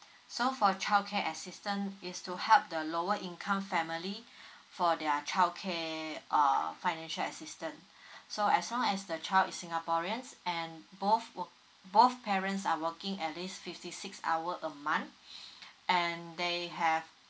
so for childcare assistance is to help the lower income family for their childcare uh financial assistance so as long as the child is singaporean and both work both parents are working at least fifty six hour a month and they have